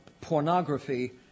pornography